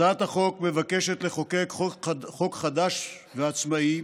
הצעת החוק מבקשת לחוקק חוק חדש ועצמאי